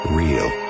real